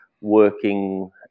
working